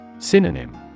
synonym